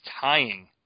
tying